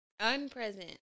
Unpresent